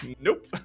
nope